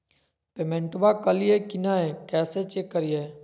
पेमेंटबा कलिए की नय, कैसे चेक करिए?